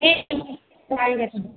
ठीक हम फिर आएँगे तो बात